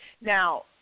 Now